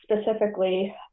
specifically